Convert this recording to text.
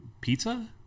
pizza